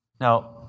Now